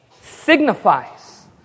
signifies